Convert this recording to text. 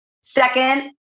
Second